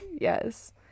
yes